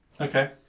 okay